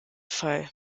fall